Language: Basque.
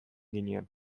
ginen